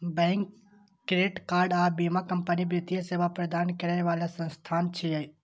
bank, credit card आ बीमा company वित्तीय सेवा प्रदान करै बला संस्थान छियै